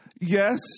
yes